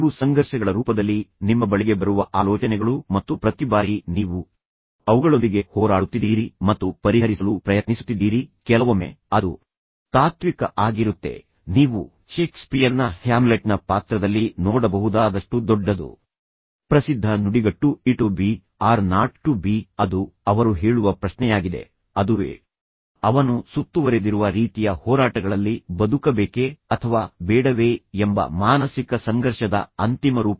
ಇವು ಸಂಘರ್ಷಗಳ ರೂಪದಲ್ಲಿ ನಿಮ್ಮ ಬಳಿಗೆ ಬರುವ ಆಲೋಚನೆಗಳು ಮತ್ತು ನಂತರ ಪ್ರತಿ ಬಾರಿಯೂ ನೀವು ಅವುಗಳೊಂದಿಗೆ ಹೋರಾಡುತ್ತಿದ್ದೀರಿ ಮತ್ತು ನೀವು ಅವುಗಳನ್ನು ಪರಿಹರಿಸಲು ಪ್ರಯತ್ನಿಸುತ್ತಿದ್ದೀರಿ ಮತ್ತು ನಂತರ ಕೆಲವೊಮ್ಮೆ ಅದು ತಾತ್ವಿಕ ಆಗಿರುತ್ತೆ ನೀವು ಷೇಕ್ಸ್ಪಿಯರ್ನ ಹ್ಯಾಮ್ಲೆಟ್ನ ಪಾತ್ರದಲ್ಲಿ ನೋಡಬಹುದಾದಷ್ಟು ದೊಡ್ಡದು ಪ್ರಸಿದ್ಧ ನುಡಿಗಟ್ಟು to be or not to be ìt be or not to be ಅದು ಅವರು ಹೇಳುವ ಪ್ರಶ್ನೆಯಾಗಿದೆ ಅದುವೇ ಅವನು ಸುತ್ತುವರೆದಿರುವ ರೀತಿಯ ಹೋರಾಟಗಳಲ್ಲಿ ಬದುಕಬೇಕೆ ಅಥವಾ ಬೇಡವೇ ಎಂಬ ಮಾನಸಿಕ ಸಂಘರ್ಷದ ಅಂತಿಮ ರೂಪ